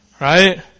Right